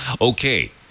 Okay